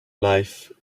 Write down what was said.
life